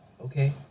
Okay